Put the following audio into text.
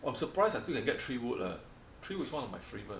I'm surprised I still can get three wood eh Three Wood was one of my favourite